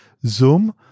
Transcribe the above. Zoom